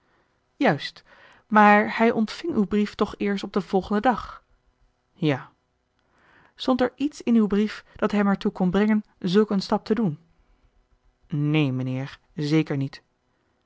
juist maar hij ontving uw brief toch eerst op den volgenden dag ja stond er iets in uw brief dat hem er toe kon brengen zulk een stap te doen neen mijnheer zeker niet